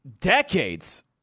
decades